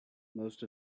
most